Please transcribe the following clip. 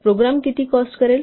तर प्रोग्रॅम किती कॉस्ट असेल